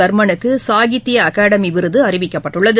தர்மனுக்குசாகித்பஅகாடமிவிருதுஅறிவிக்கப்பட்டுள்ளது